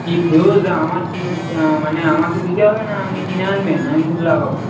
কি ফিউজ আমার মানে আমাকে দিতে হবে না আমনি কিনে আনবেন আমি শুধু লাগাবো